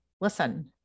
listen